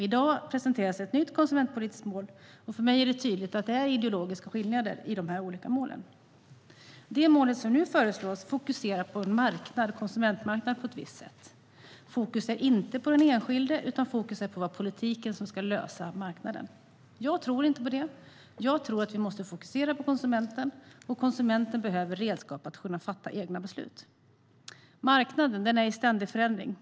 I dag presenteras ett nytt konsumentpolitiskt mål, och för mig är det tydligt att det är en ideologisk skillnad mellan dessa olika mål. Det mål som nu föreslås fokuserar på en konsumentmarknad på ett visst sätt. Fokus är inte på den enskilde utan på att politiken ska lösa marknaden. Jag tror inte på det. Jag tror att vi måste fokusera på konsumenten, och konsumenten behöver redskap för att kunna fatta egna beslut. Marknaden är i ständig förändring.